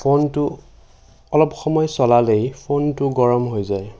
ফোনটো অলপসময় চলালেই ফোনটো গৰম হৈ যায়